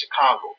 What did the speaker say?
Chicago